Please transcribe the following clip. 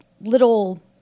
little